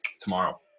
tomorrow